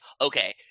okay